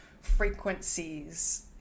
frequencies